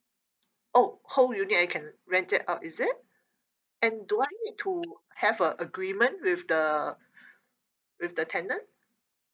oh whole unit I can rent it out is it and do I need to have a agreement with the with the tenant